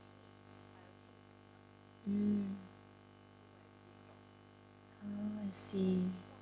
mm ah I see